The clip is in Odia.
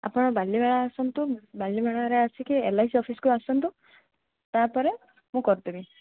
ଆପଣ ବାଲିମେଳା ଆସନ୍ତୁ ବାଲିମେଳାରେ ଆସିକି ଏଲ୍ ଆଇ ସି ଅଫିସ୍କୁ ଆସନ୍ତୁ ତା'ପରେ ମୁଁ କରିଦେବି